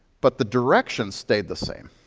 but the direction stayed the same.